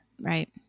right